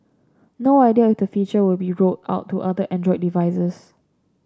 no idea if the feature will be rolled out to other Android devices